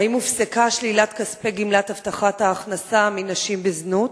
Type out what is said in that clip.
האם הופסקה שלילת כספי גמלת הבטחת ההכנסה מנשים בזנות?